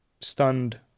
stunned